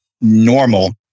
normal